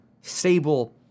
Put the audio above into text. stable